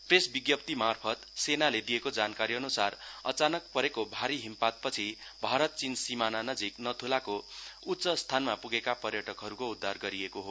press विज्ञप्तिमार्फत सेनाले दिएको जानकारीअनुसार अच्चानक परेको भारी हिमपात पछि भारत चीन सीमा नजिक नाथुलाको उच्च स्थानमा पुगेका पर्यटकहरूको उद्वार गरिएको हो